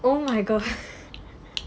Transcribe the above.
oh my gosh